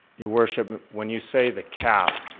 your worship, when you say the cap,